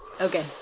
Okay